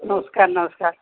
ନମସ୍କାର ନମସ୍କାର